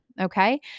Okay